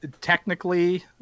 technically